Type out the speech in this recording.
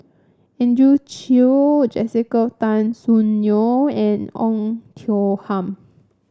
Andrew Chew Jessica Tan Soon Neo and Oei Tiong Ham